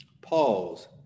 Pause